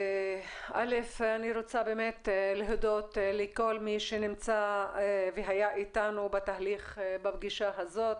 אני רוצה להודות לכל מי שנמצא והיה איתנו בפגישה הזאת.